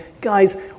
guys